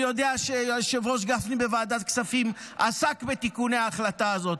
אני יודע שהיושב-ראש גפני עסק בוועדת הכספים בתיקון ההחלטה הזאת.